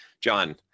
John